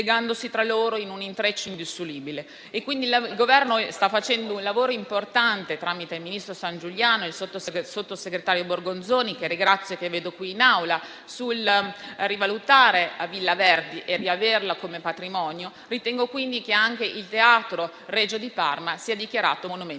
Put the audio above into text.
Il Governo sta facendo un lavoro importante, tramite il ministro Sangiuliano e il sottosegretario Borgonzoni, che ringrazio e vedo in Aula, sulla rivalutazione di Villa Verdi per riaverla come patrimonio. Ritengo quindi importante che anche il Teatro Regio di Parma sia dichiarato monumento